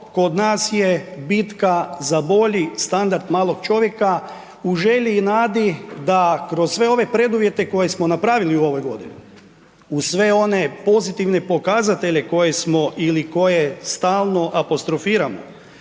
kod nas je bitka za bolji standard malog čovjeka u želji i nadi da kroz sve ove preduvjete koje smo napravili u ovoj godini, uz sve one pozitivne pokazatelje koje smo ili koje stalno apostrofiramo,